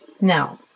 Now